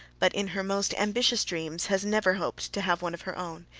but in her most ambitious dreams has never hoped to have one of her own.